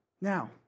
Now